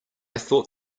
thought